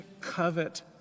covet